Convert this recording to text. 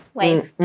wave